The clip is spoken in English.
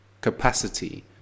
capacity